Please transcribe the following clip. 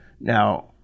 now